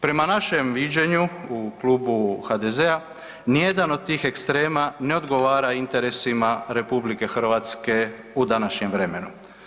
Prema našem viđenju u Klubu HDZ-a ni jedan od tih ekstrema ne odgovara interesima RH u današnjem vremenu.